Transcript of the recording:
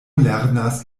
lernas